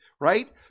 right